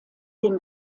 dem